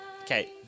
Okay